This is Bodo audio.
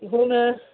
बेखौनो